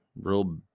real